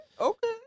okay